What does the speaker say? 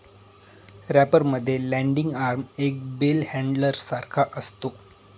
wrapper मध्ये landing arm एका bell handler सारखा असतो